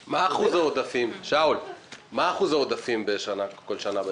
מה אחוז העודפים כל שנה בערך?